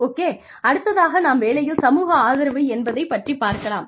okay அடுத்ததாக நாம் வேலையில் சமூக ஆதரவு என்பதைப் பற்றிப் பார்க்கலாம்